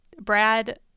brad